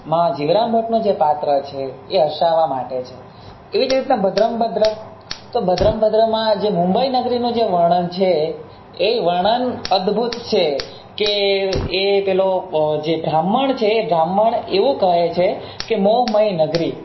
માં જીવરામ ભટ્ટનું જે પાત્ર છે એ હસાવા માટે છે એ જ રીતના ભદ્રંભદ્ર તો ભદ્રંભદ્રમાં જે મુંબઈ નગરીનું જે વર્ણન છે એ વર્ણન અદ્ભૂત છે કે એ પેલો જે બ્રાહ્મણ છે એ બ્રાહ્મણ એવું કહે છે કે મોહ મય નગરી